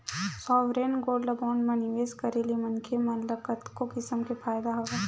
sovereign gold bond म निवेस करे ले मनखे मन ल कतको किसम के फायदा हवय